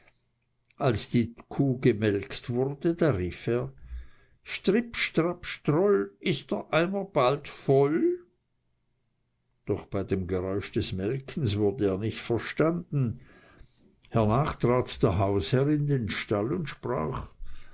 als die kuh gemelkt wurde da rief er strip strap stroll ist der eimer bald voll doch bei dem geräusch des melkens wurde er nicht verstanden hernach trat der hausherr in den stall und sprach